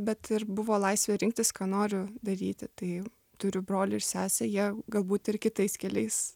bet ir buvo laisvė rinktis ką noriu daryti tai turiu brolį ir sesę jie galbūt ir kitais keliais